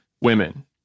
women